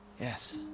Yes